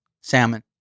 salmon